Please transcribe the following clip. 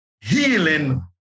healing